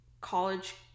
college